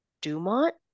dumont